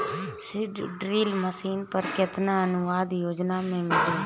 Seed drill machine पर केतना अनुदान योजना में मिली?